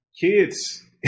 kids